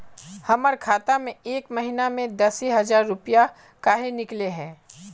हमर खाता में एक महीना में दसे हजार रुपया काहे निकले है?